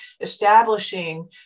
establishing